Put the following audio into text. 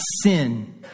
sin